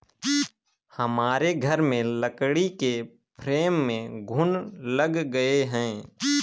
हमारे घर में लकड़ी के फ्रेम में घुन लग गए हैं